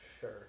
Sure